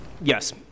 Yes